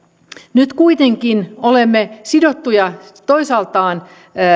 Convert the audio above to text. nyt kuitenkin olemme sidottuja toisaalta